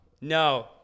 no